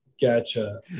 Gotcha